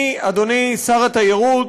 אני, אדוני שר התיירות,